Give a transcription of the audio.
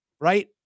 right